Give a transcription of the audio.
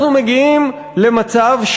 אנחנו מגיעים למצב,